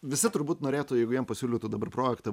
visi turbūt norėtų jeigu jiems pasiūlytų dabar projektą